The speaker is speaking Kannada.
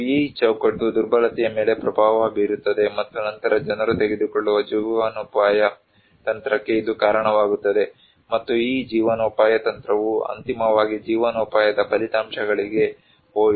ಮತ್ತು ಈ ಚೌಕಟ್ಟು ದುರ್ಬಲತೆಯ ಮೇಲೆ ಪ್ರಭಾವ ಬೀರುತ್ತದೆ ಮತ್ತು ನಂತರ ಜನರು ತೆಗೆದುಕೊಳ್ಳುವ ಜೀವನೋಪಾಯ ತಂತ್ರಕ್ಕೆ ಇದು ಕಾರಣವಾಗುತ್ತದೆ ಮತ್ತು ಈ ಜೀವನೋಪಾಯ ತಂತ್ರವು ಅಂತಿಮವಾಗಿ ಜೀವನೋಪಾಯದ ಫಲಿತಾಂಶಗಳಿಗೆ ಹೋಯಿತು